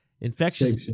Infectious